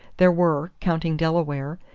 there were, counting delaware,